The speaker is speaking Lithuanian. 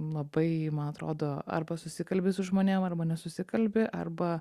labai man atrodo arba susikalbi su žmonėm arba nesusikalbi arba